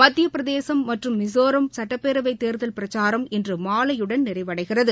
மத்திய பிரதேசம் மற்றும் மிஸோராம் சட்டப்பேரவைத் தேர்தல் பிரச்சாரம் இன்று மாலையுடன் நிறைவடைகிறது